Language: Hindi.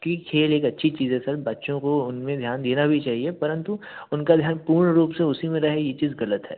कि खेल एक अच्छी चीज़ है सर बच्चों को उन में ध्यान देना भी चाहिए परंतु उनका ध्यान पूर्ण रूप से उसी में रहे ये चीज़ ग़लत है